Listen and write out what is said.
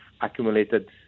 accumulated